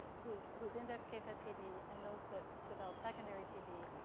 whose whose index case had tb, and those that developed secondary tb.